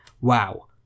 wow